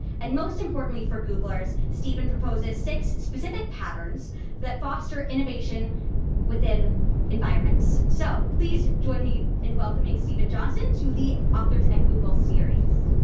and most importantly for googlers, steven proposes six specific patterns that foster innovation within environments. so, please join me in welcoming steven johnson to the authors google series.